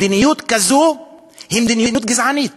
מדיניות כזאת היא מדיניות גזענית.